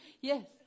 yes